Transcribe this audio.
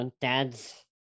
dad's